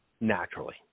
naturally